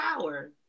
power